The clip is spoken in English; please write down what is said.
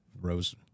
rose